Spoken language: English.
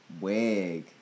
wig